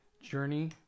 journey